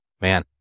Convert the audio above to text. man